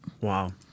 Wow